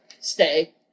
stay